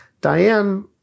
Diane